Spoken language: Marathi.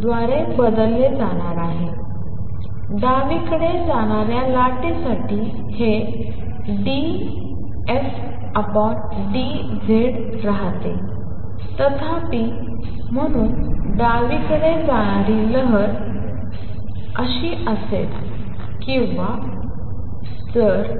द्वारे बदलले जाणार आहे डावीकडे जाणाऱ्या लाटेसाठी हे d f d z राहते तथापि 1v∂f∂tबनते आणि म्हणून डावीकडे जाणारी लहर ∂f∂xअसणार आहे 1v∂f∂t किंवा ∂f∂x 1v∂f∂t